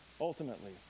ultimately